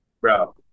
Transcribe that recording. bro